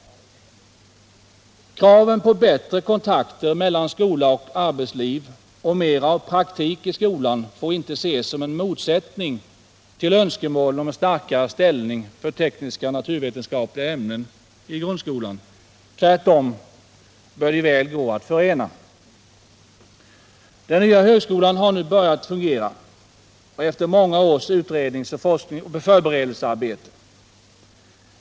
Kraven på bättre kontakter mellan skola och arbetsliv och mer av praktik i skolan får inte ses som en motsättning till önskemålen om en starkare ställning för tekniska och naturvetenskapliga ämnen i grundskolan. Tvärtom bör de väl gå att förena. Den nya högskolan har nu börjat fungera efter många års utredningsoch förberedelsearbete.